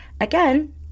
again